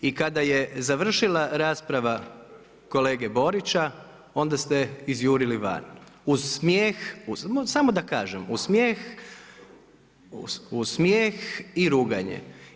I kada je završila rasprava kolege Borića onda ste izjurili van uz smijeh, samo da kažem, uz smijeh i ruganje.